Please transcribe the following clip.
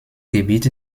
gebiet